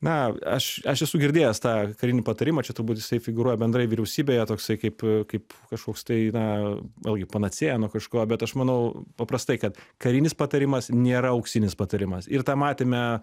na aš aš esu girdėjęs tą karinį patarimą čia turbūt jisai figūruoja bendrai vyriausybėje toksai kaip kaip kažkoks tai na vėlgi panacėja nuo kažko bet aš manau paprastai kad karinis patarimas nėra auksinis patarimas ir tą matėme